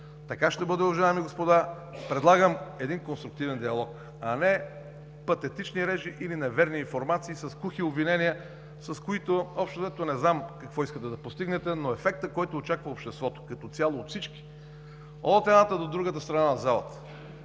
във властта. Уважаеми господа, предлагам един конструктивен диалог, а не патетични речи или неверни информации с кухи обвинения, с които общо взето не знам какво искате да постигнете, но ефектът, който очаква обществото като цяло от всички – от едната до другата страна на залата,